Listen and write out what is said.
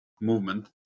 movement